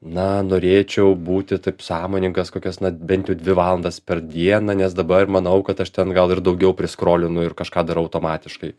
na norėčiau būti taip sąmoningas kokias na bent jau dvi valandas per dieną nes dabar manau kad aš ten gal ir daugiau priskolinu ir kažką darau automatiškai